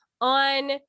on